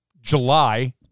July